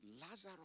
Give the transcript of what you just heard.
Lazarus